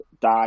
die